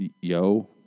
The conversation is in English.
Yo